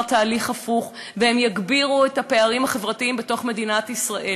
תהליך הפוך והם יגבירו את הפערים החברתיים בתוך מדינת ישראל.